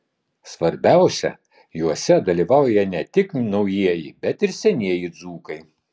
svarbiausia juose dalyvauja ne tik naujieji bet ir senieji dzūkai